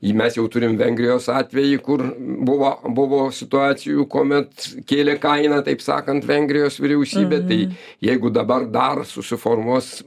jį mes jau turim vengrijos atvejį kur buvo buvo situacijų kuomet kėlė kainą taip sakant vengrijos vyriausybė tai jeigu dabar dar susiformuos